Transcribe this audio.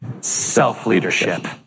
Self-leadership